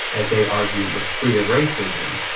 as they argue, was free of racism,